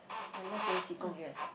unless Yan Xi Gong Lve